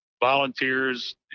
volunteers